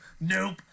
Nope